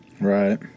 Right